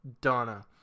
Donna